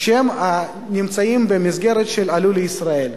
שנמצאים במסגרת של "עלו לישראל".